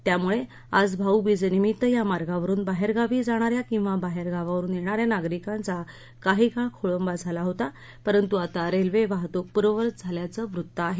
त्यामुळे आज भाऊबीजे निमित्त या मार्गावरून बाहेरगावी जाणान्या किंवा बाहेरगावाहून येणाऱ्या नागरिकांचा काही काळ खोळंबा झाला होता परंतु आता रेल्वे वाहतूक पूर्ववत झाल्याचं वृत्त आहे